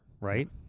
Right